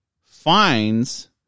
Finds